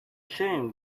shame